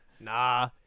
Nah